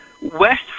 West